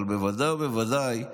אבל בוודאי ובוודאי,